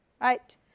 right